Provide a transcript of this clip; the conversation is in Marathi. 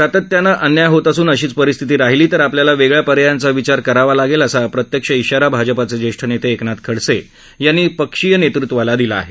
सातत्यानं अन्याय होत असून अशीच परिस्थिती राहीली तर आपल्याला वेगळ्या पर्यायांचा विचार करावा लागेल असा अप्रत्यक्ष इशारा भाजपचे ज्येष्ठ नेते एकनाथ खडसे यांनी पक्षीय नेतृत्वाला दिला आहे